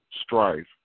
strife